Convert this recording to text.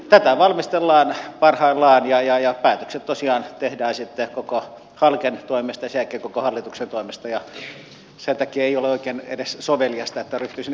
tätä valmistellaan parhaillaan ja päätökset tosiaan tehdään sitten koko halken toimesta ja sen jälkeen koko hallituksen toimesta ja sen takia ei ole oikein edes soveliasta että ryhtyisimme ennakoimaan miten se tarkkaan ottaen tulee